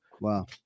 Wow